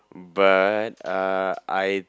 but uh I